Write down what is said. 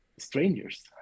strangers